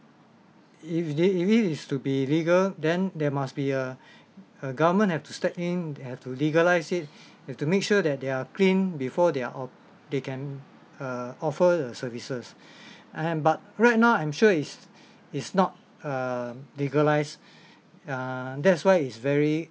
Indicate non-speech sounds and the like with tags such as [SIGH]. if they if it is to be legal then there must be uh [BREATH] uh government have to step in have to legalize it have to make sure that they're clean before they're all they can uh offer uh services [BREATH] and but right now I'm sure it's it's not um legalized [BREATH] that's why it's very